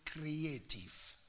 creative